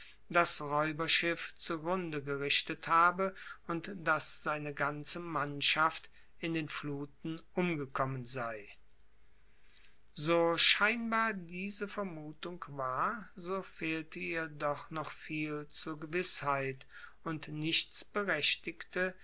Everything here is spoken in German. das räuberschiff zugrunde gerichtet habe und daß seine ganze mannschaft in den fluten umgekommen sei so scheinbar diese vermutung war so fehlte ihr doch noch viel zur gewißheit und nichts berechtigte